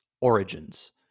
Origins